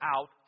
out